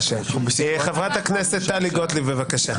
חברת הכנסת טלי גוטליב, בבקשה.